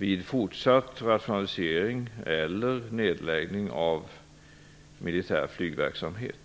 Vid fortsatt rationalisering eller nedläggning av militär flygverksamhet